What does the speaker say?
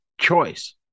choice